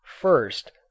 First